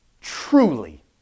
Truly